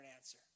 answer